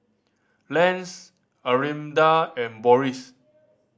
Lance Arminda and Boris